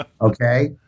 Okay